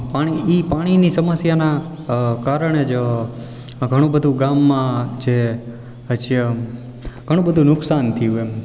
પાણી ઈ પાણીની સમસ્યાના કારણે જ ઘણું બધું ગામમાં જે પછી આમ ઘણું બધું નુકસાન થયું એમ